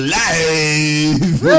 life